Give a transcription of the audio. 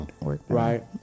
Right